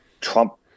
Trump